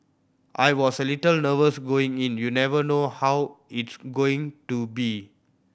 I was a little nervous going in you never know how it's going to be